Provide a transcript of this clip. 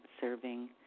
serving